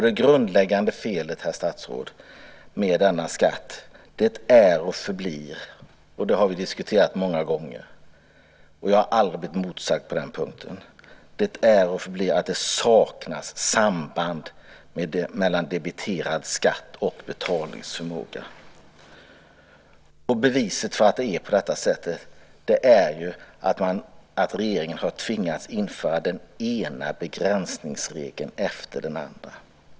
Det grundläggande felet med denna skatt, herr statsråd, är och förblir - och det har vi diskuterat många gånger, och jag har aldrig blivit motsagd på den punkten - att det saknas samband mellan debiterad skatt och betalningsförmåga. Beviset för att det är på det sättet är ju att regeringen har tvingats att införa den ena begränsningsregeln efter den andra.